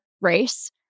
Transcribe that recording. race